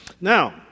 Now